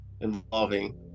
involving